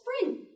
spring